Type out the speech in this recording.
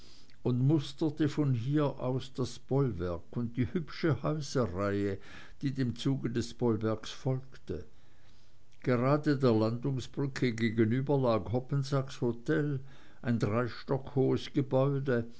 und musterte von hier aus das bollwerk und die hübsche häuserreihe die dem zuge des bollwerks folgte gerade der landungsbrücke gegenüber lag hoppensacks hotel ein drei stock hohes gebäude